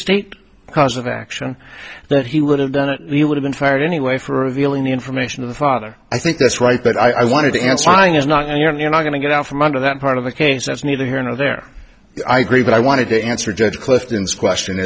state cause of action that he would have done it you would've been fired anyway for revealing the information to the father i think that's right but i wanted to answer mine is not and you're not going to get out from under that part of the case that's neither here nor there i agree but i wanted to answer judge clifton's question